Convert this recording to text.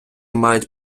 мають